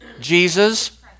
Jesus